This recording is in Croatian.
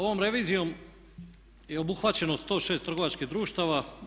Ovom revizijom je obuhvaćeno 106 trgovačkih društava.